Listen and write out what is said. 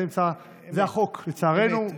זה החוק, לצערנו.